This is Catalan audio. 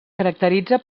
caracteritza